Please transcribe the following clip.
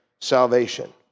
salvation